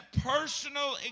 personal